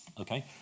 Okay